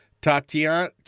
Tatiana